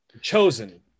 chosen